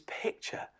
picture